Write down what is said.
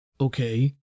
Okay